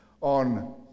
on